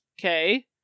okay